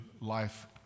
life